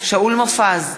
שאול מופז,